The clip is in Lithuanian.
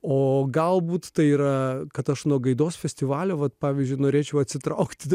o galbūt tai yra kad aš nuo gaidos festivalio vat pavyzdžiui norėčiau atsitraukti